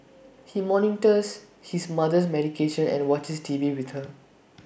he monitors his mother's medication and watches T V with her